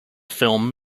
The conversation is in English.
film